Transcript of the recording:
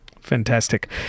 Fantastic